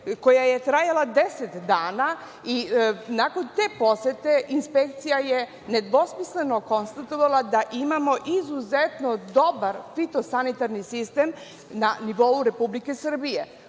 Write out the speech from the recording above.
koja je trajala 10 dana. Nakon te posete, inspekcija je nedvosmisleno konstatovala da imamo izuzetno dobar fitosanitarni sistem na nivou Republike Srbije,